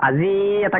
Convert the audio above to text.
um the but